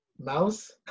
Mouse